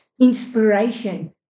inspiration